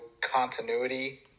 continuity